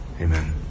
Amen